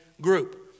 group